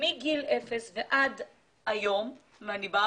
מאז גיל אפס ועד היום יש לי כלב